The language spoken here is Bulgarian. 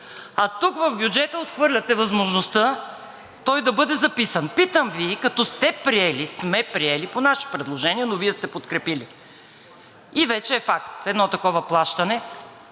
а тук в бюджета отхвърляте възможността той да бъде записан. Питам Ви, като сте, сме приели, по наше предложение, но Вие сте подкрепили и вече е факт едно такова плащане